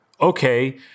Okay